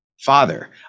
Father